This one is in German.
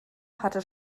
hatte